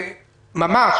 ממש,